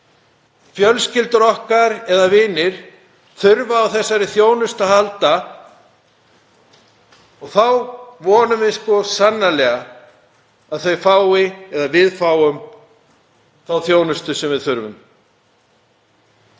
fjölskyldur okkar eða vinir þurfa á þessari þjónustu að halda og þá vonum við sko sannarlega að þau fái eða við fáum þá þjónustu sem við þurfum.